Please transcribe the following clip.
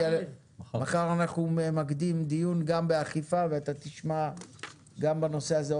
מחר אנחנו ממקדים דיון גם באכיפה ואתה תשמע גם בנושא הזה.